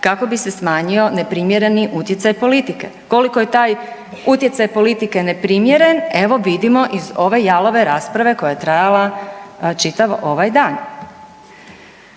kako bi se smanjio neprimjereni utjecaj politike. Koliko je taj utjecaj politike neprimjeren evo vidimo iz ove jalove rasprave koja je trajala čitav ovaj dan.